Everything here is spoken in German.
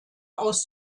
aus